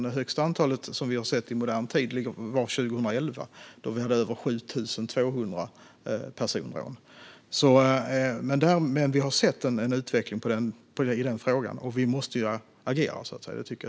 Det högsta antal vi har sett i modern tid var när vi 2011 hade över 7 200 personrån. Dock har vi sett en utveckling i frågan och måste agera.